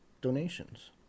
donations